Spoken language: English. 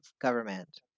government